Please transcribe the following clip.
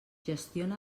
gestiona